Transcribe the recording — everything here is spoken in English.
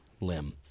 limb